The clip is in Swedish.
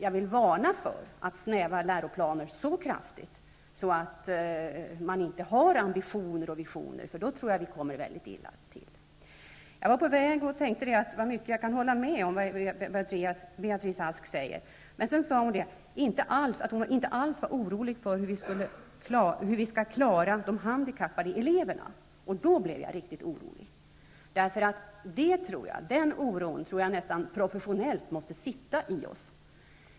Jag vill dock varna för att man snävar in läroplanen så kraftigt att det inte finns kvar några ambitioner och visioner. Då tror jag att det går illa. Jag tänkte först att det är mycket av det Beatrice Ask säger som jag kan hålla med om. Men när hon sade att hon inte alls var orolig för hur vi skall klara de handikappade eleverna blev jag riktigt orolig. Den oron tror jag professionellt måste sitta i oss.